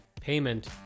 payment